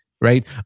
Right